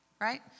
right